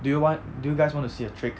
do you want do you guys want to see a trick